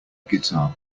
guitar